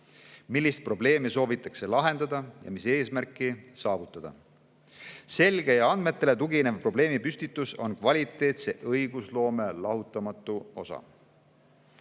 millist probleemi soovitakse lahendada ja mis eesmärki saavutada. Selge ja andmetele tuginev probleemipüstitus on kvaliteetse õigusloome lahutamatu osa.